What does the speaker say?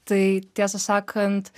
tai tiesą sakant